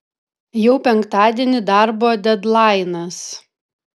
jau penktadienį darbo dedlainas